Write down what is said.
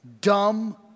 dumb